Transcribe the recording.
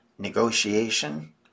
negotiation